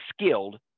skilled